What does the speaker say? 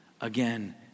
again